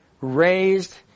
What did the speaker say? raised